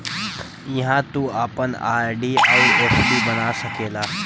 इहाँ तू आपन आर.डी अउर एफ.डी बना सकेला